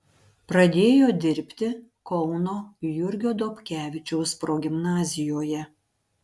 pradėjo dirbti kauno jurgio dobkevičiaus progimnazijoje